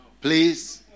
Please